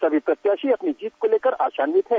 सभी प्रत्याशी अपनी जीत को लेकर आशान्वित है